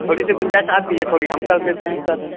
تھوڑی سی گنجائش آپ کیجیے تھوڑی ہم کر دیتے ہیں سر